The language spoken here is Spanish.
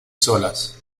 solas